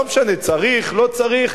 לא משנה צריך לא צריך,